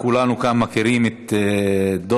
כולנו כאן מכירים את דב.